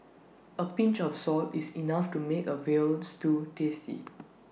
A pinch of salt is enough to make A Veal Stew tasty